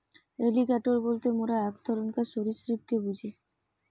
alligator বলতে মোরা এক ধরণকার সরীসৃপকে বুঝি